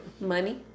money